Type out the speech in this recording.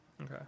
Okay